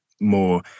more